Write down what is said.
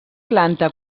planta